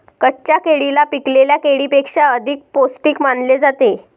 कच्च्या केळीला पिकलेल्या केळीपेक्षा अधिक पोस्टिक मानले जाते